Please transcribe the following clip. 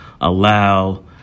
allow